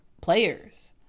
players